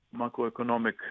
macroeconomic